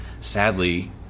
sadly